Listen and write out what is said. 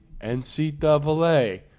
NCAA